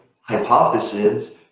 hypothesis